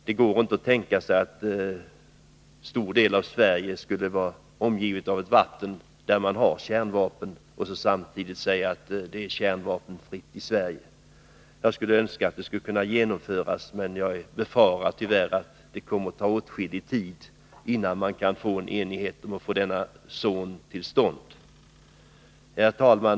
Det går inte att tänka sig att Sverige tillstor del skulle omges av vatten där man har kärnvapen och att vi samtidigt skulle säga att Sverige skall vara kärnvapenfritt. Jag skulle önska att tanken kunde genomföras, men jag befarar att det kommer att ta åtskillig tid innan man kan skapa enighet om att få en sådan zon till stånd. Herr talman!